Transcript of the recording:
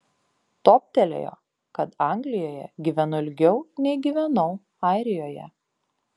toptelėjo kad anglijoje gyvenu ilgiau nei gyvenau airijoje